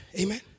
Amen